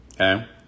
okay